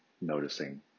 noticing